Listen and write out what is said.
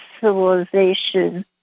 civilization